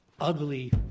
ugly